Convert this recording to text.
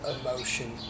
emotion